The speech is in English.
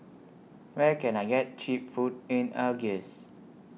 Where Can I get Cheap Food in Algiers